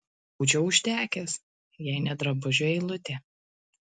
būčiau užtekęs jei ne drabužių eilutė